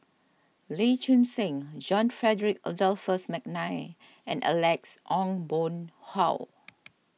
Lee Choon Seng John Frederick Adolphus McNair and Alex Ong Boon Hau